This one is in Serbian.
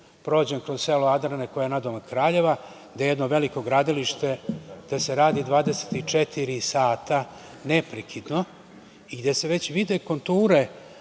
prođem kroz selo Adrane koje je nadomak Kraljeva, gde je jedno veliko gradilište, gde se radi 24 sata, neprekidno i gde se već vide konture